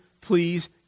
please